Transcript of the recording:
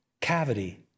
cavity